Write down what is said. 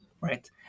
right